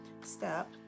Step